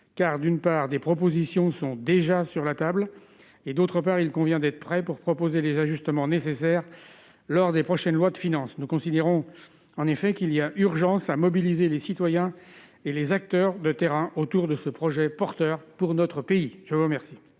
car d'une part des propositions sont déjà sur la table et d'autre part, il convient d'être prêt pour proposer des ajustements nécessaires lors des prochaines lois de finances nous considérons en effet qu'il y a urgence à mobiliser les citoyens et les acteurs de terrain autour de ce projet porteur pour notre pays, je vous remercie.